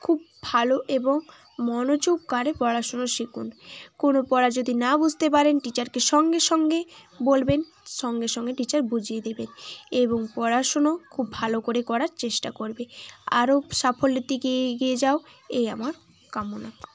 খুব ভালো এবং মনোযোগকারে পড়াশুনো শিখুন কোনো পড়া যদি না বুঝতে পারেন টিচারকে সঙ্গে সঙ্গে বলবেন সঙ্গে সঙ্গে টিচার বুঝিয়ে দেবেন এবং পড়াশুনো খুব ভালো করে করার চেষ্টা করবে আরও সাফল্যের দিকে এগিয়ে যাও এই আমার কামনা